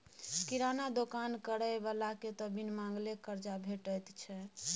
किराना दोकान करय बलाकेँ त बिन मांगले करजा भेटैत छै